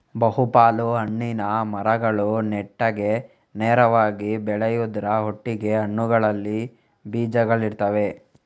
ಬಹು ಪಾಲು ಹಣ್ಣಿನ ಮರಗಳು ನೆಟ್ಟಗೆ ನೇರವಾಗಿ ಬೆಳೆಯುದ್ರ ಒಟ್ಟಿಗೆ ಹಣ್ಣುಗಳಲ್ಲಿ ಬೀಜಗಳಿರ್ತವೆ